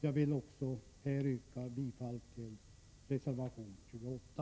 Jag yrkar bifall till reservation 28.